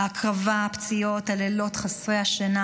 ההקרבה, הפציעות, הלילות חסרי השינה